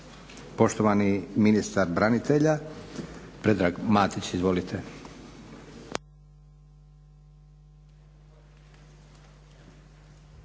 Poštovani ministar branitelja Predrag Matić. Izvolite.